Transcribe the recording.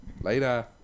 Later